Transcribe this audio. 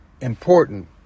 important